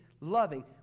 loving